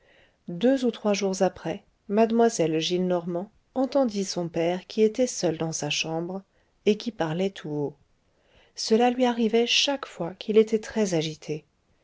deux ou trois jours après mademoiselle gillenormand entendit son père qui était seul dans sa chambre et qui parlait tout haut cela lui arrivait chaque fois qu'il était très agité